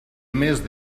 mes